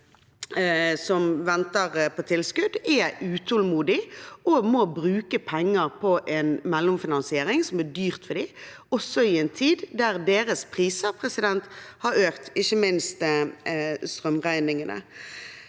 som venter på tilskudd, er utålmodige og må bruke penger på en mellomfinansiering som er dyr for dem, også i en tid der deres priser har økt – ikke minst strømregningene.